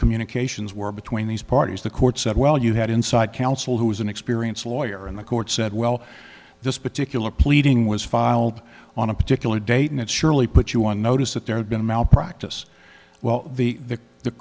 communications were between these parties the court said well you had inside counsel who is an experienced lawyer in the court said well this particular pleading was filed on a particular date and it surely put you on notice that there had been a malpractise well the the